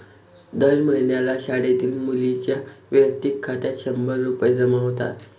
दर महिन्याला शाळेतील मुलींच्या वैयक्तिक खात्यात शंभर रुपये जमा होतात